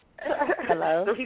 Hello